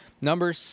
Number